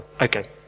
okay